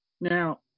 Now